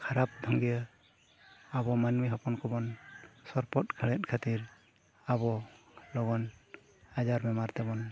ᱠᱷᱟᱨᱟᱯ ᱫᱷᱩᱜᱽᱭᱟᱹ ᱟᱵᱚ ᱢᱟᱹᱱᱢᱤ ᱦᱚᱯᱚᱱ ᱠᱚᱵᱚᱱ ᱥᱚᱨᱯᱚᱫ ᱠᱷᱟᱹᱲᱮᱫ ᱠᱷᱟᱹᱛᱤᱨ ᱟᱵᱚ ᱞᱚᱜᱚᱱ ᱟᱡᱟᱨ ᱵᱮᱢᱟᱨ ᱛᱮᱵᱚᱱ